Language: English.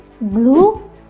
blue